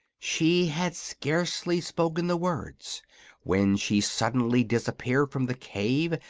she had scarcely spoken the words when she suddenly disappeared from the cave,